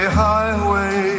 highway